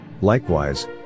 Likewise